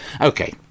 Okay